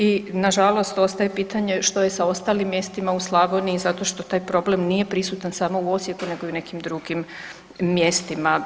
I nažalost, ostaje pitanje što je sa ostalim mjestima u Slavoniji zato što taj problem nije prisutan samo u Osijeku nego i u nekim drugim mjestima.